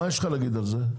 מה יש לכם להגיד על זה?